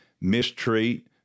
mistreat